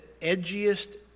edgiest